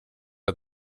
att